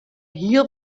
hiel